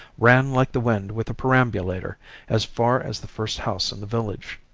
ran like the wind with the perambulator as far as the first house in the village.